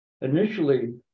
Initially